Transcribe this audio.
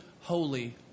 holy